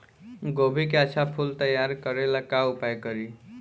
गोभी के अच्छा फूल तैयार करे ला का उपाय करी?